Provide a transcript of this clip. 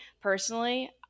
personally